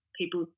people